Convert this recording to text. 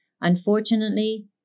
Unfortunately